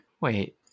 Wait